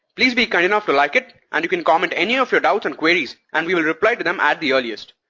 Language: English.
please be kind enough to like it and you can comment any of your doubts and queries and we will reply to them at the earliest.